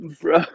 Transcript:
Bro